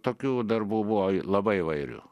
tokių darbų buvo labai įvairių